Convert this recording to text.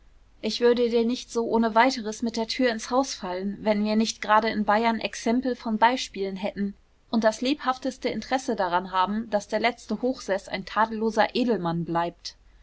ich würde dir nicht so ohne weiteres mit der tür ins haus fallen wenn wir nicht gerade in bayern exempel von beispielen hätten und das lebhafteste interesse daran haben daß der letzte hochseß ein tadelloser edelmann bleibt